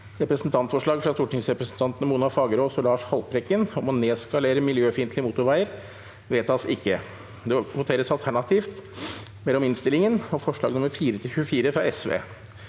Representantforslag fra stortingsrepresentantene Mona Fagerås og Lars Haltbrekken om å nedskalere miljøfiendtlige motorveier – vedtas ikke. Presidenten: Det voteres alternativt mellom inn- stillingen og forslagene nr. 4–24, fra